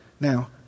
Now